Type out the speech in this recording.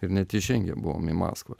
ir net įžengę buvom į maskvą